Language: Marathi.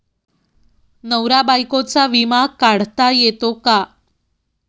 नवरा बायकोचा विमा काढता येतो का?